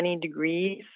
degrees